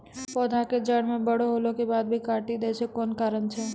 पौधा के जड़ म बड़ो होला के बाद भी काटी दै छै कोन कारण छै?